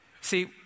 See